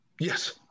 yes